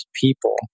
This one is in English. people